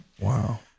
Wow